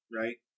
right